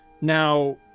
Now